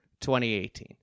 2018